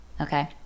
Okay